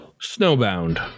Snowbound